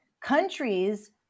countries